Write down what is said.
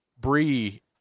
Bree